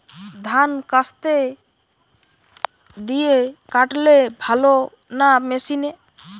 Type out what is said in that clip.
ধান কাস্তে দিয়ে কাটলে ভালো না মেশিনে?